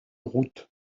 route